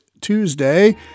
tuesday